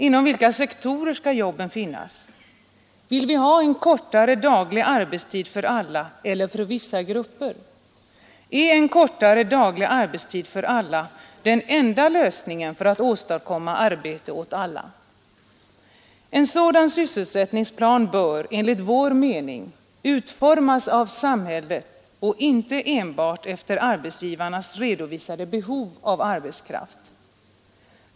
Inom vilka sektorer skall jobben finnas? Vill vi ha en kortare daglig arbetstid för alla eller för vissa grupper? Är en kortare daglig arbetstid för alla den enda lösningen för att åstadkomma arbete åt alla? En sådan sysselsättningsplan bör, enligt vår mening, utformas av samhället och inte enbart efter arbetsgivarnas redovisade behov av arbetskraft.